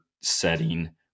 setting